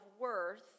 worth